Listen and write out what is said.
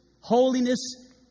holiness